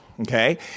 okay